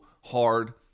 hard